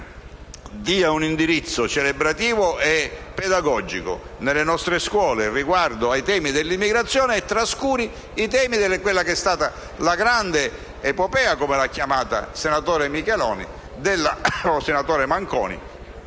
dia un indirizzo celebrativo e pedagogico nelle nostre scuole riguardo ai temi dell'immigrazione e trascuri i temi della grande epopea dell'emigrazione italiana,